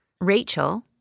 Rachel